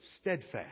steadfast